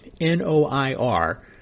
N-O-I-R